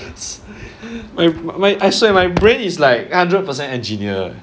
I swear my brain is like hundred percent engineer